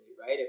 right